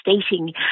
stating